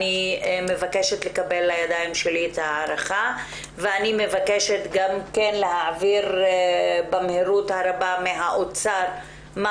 אני מבקשת לקבל לידיים שלי את ההערכה ומבקשת להעביר במהירות מהאוצר מה